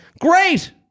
Great